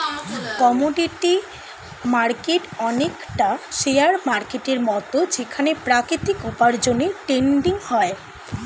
commodity market অনেকটা share মার্কেটের মত যেখানে প্রাকৃতিক উপার্জনের ট্রেডিং হয়